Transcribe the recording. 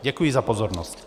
Děkuji za pozornost.